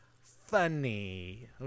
funny